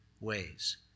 ways